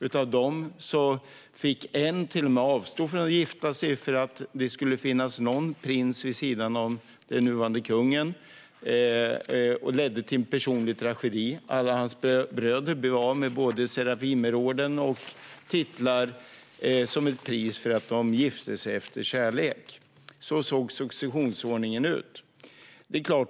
En av dem fick till och med avstå från att gifta sig för att det skulle finnas någon prins vid sidan av vår nuvarande kung, vilket ledde till en personlig tragedi. Alla hans bröder blev av med både Serafimerorden och titlar för att de gifte sig av kärlek. Så såg successionsordningen ut.